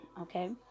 okay